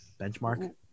Benchmark